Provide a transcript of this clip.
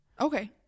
Okay